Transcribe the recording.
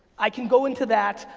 i can go into that,